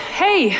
hey